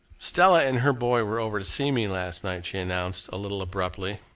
stella and her boy were over to see me last night, she announced, a little abruptly.